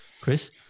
Chris